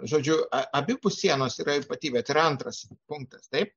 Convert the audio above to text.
žodžiu abipus sienos yra ypatybė tai yra antras punktas taip